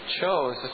chose